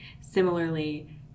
Similarly